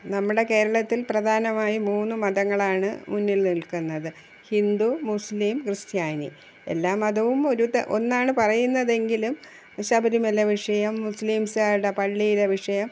നമ്മുടെ കേരളത്തിൽ പ്രധാനമായും മൂന്നു മതങ്ങളാണ് മുന്നിൽ നിൽക്കുന്നത് ഹിന്ദു മുസ്ലിം ക്രിസ്ത്യാനി എല്ലാം മതവും ഒന്നാണ് പറയുന്നതെങ്കിലും ശബരിമല വിഷയം മുസ്ലിംസ്കാരുടെ പള്ളിയുടെ വിഷയം